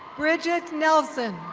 bridget nelson.